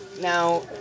now